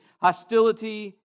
Hostility